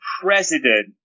president